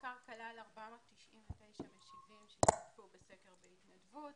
המחקר כלל 499 משיבים שהשתתפו בסקר בהתנדבות,